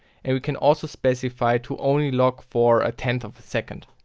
and we can also specify to only log for a tenth of a second.